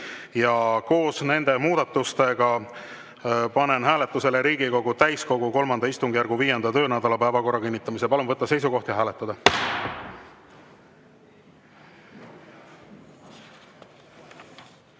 Koos nende muudatustega panen hääletusele Riigikogu täiskogu III istungjärgu 5. töönädala päevakorra kinnitamise. Palun võtta seisukoht ja hääletada!